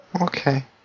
Okay